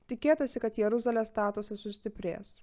tikėtasi kad jeruzalės statusas sustiprės